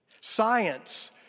Science